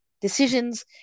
decisions